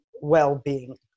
well-being